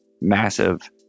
massive